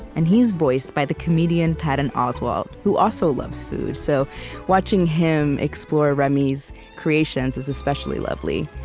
and he's voiced by the comedian patton oswalt who also loves food, so watching him explore remy's creations is especially lovely.